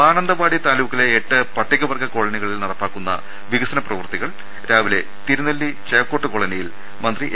മാനന്തവാടി താലൂക്കിലെ എട്ട് പട്ടികവർഗ കോളനികളിൽ നടപ്പാക്കുന്ന വികസന പ്രവർത്തികൾ രാവിലെ തിരുനെല്ലി ചേക്കോട്ട് കോളനിയിൽ മന്ത്രി എ